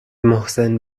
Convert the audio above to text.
محسن